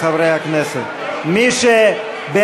25 דקות,